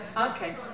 Okay